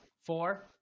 Four